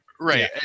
right